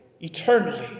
eternally